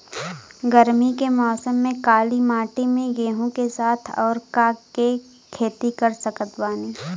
गरमी के मौसम में काली माटी में गेहूँ के साथ और का के खेती कर सकत बानी?